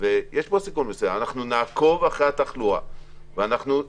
אנחנו נעקוב אחרי התחלואה ונראה.